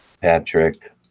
Patrick